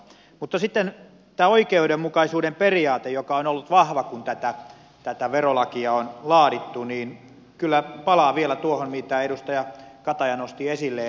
mutta sitten tämä oikeudenmukaisuuden periaate joka on ollut vahva kun tätä verolakia on laadittu kyllä palaan vielä tuohon mitä edustaja kataja nosti esille